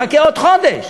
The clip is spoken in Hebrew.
חכה עוד חודש.